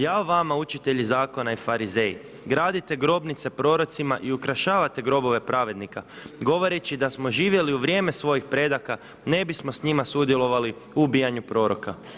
Jao vama učitelji zakona i Farizeji, gradite grobnice prorocima i ukrašavate grobove pravednika govoreći da smo živjeli u vrijeme svojih predaka ne bismo s njima sudjelovali u ubijanju proroka.